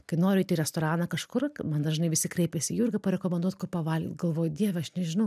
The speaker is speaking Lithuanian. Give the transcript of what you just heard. kai noriu eit į restoraną kažkur man dažnai visi kreipiasi jurga parekomenduot kur paval galvoju dieve aš nežinau